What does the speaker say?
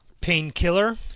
Painkiller